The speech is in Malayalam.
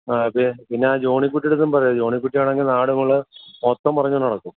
ആ പിന്നെ ജോണികുട്ടിടെത്തും പറയരുത് ജോണികുട്ടിയാണെങ്കിൽ നാടുനീളേ മൊത്തം പറഞ്ഞു നടക്കും